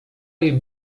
jej